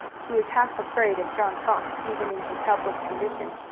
he was half afraid of john fox even in his helpless condition.